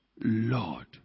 Lord